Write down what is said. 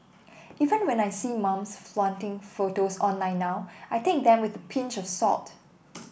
even when I see mums flaunting photos online now I take them with a pinch of salt